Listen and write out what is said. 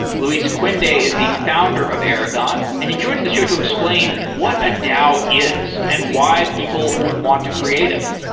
luis cuende is the founder of aragon and he joins the show to explain what a dao is and why people would want to create them.